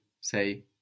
say